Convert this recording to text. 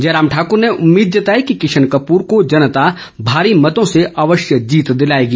जयराम ठाकर ने उम्मीद जताई कि किशन कपूर को जनता भारी मतों से अवश्य जीत दिलाएगी